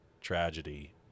tragedy